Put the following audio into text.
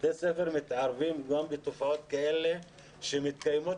בתי הספר מתערבים גם בתופעות כאלה שמתקיימות